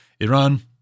Iran